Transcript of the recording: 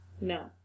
No